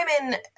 women